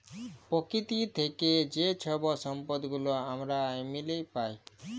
পকিতি থ্যাইকে যে জৈব সম্পদ গুলা আমরা এমলি পায়